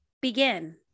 begin